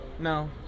No